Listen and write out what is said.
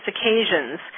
occasions